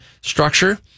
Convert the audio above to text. structure